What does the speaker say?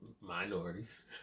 minorities